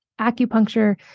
acupuncture